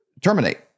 terminate